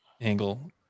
angle